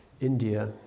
India